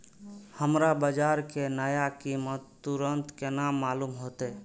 हमरा बाजार के नया कीमत तुरंत केना मालूम होते?